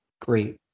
great